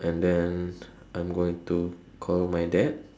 and then I'm going to call my dad